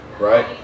right